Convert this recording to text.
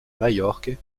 majorque